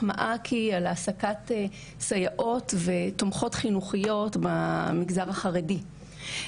מעכי להעסקת סייעות ותומכות חינוכיות במגזר החרדי.